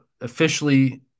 officially